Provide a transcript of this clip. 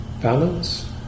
balance